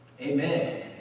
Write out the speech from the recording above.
Amen